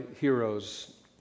heroes